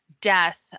death